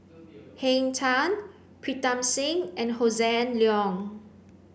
Henn Tan Pritam Singh and Hossan Leong